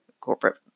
corporate